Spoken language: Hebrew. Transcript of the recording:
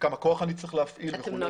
כמה כוח אני צריך להפעיל וכולי.